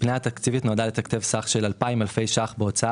הפנייה התקציבית נועדה לתקצב סך של 2,000 אלפי ₪ בהוצאה